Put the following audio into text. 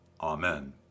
Amen